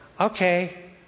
okay